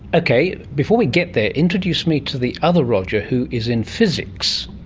okay, before we get there, introduce me to the other roger who is in physics.